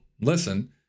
listen